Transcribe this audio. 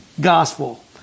gospel